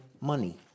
money